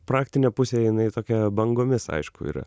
praktinė pusė jinai tokia bangomis aišku yra